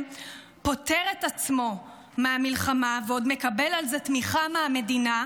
פוטר את עצמו מהמלחמה ועוד מקבל על זה תמיכה מהמדינה,